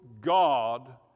God